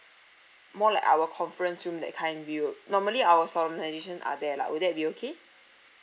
more like our conference room that kind viewed normally our solemnisation are there lah will that be okay